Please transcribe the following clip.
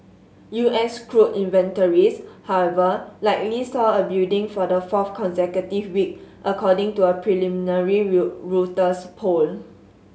U S crude inventories however likely saw a building for the fourth consecutive week according to a preliminary real Reuters poll